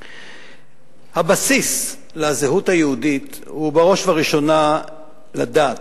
הבסיס לזהות היהודית הוא בראש ובראשונה לדעת,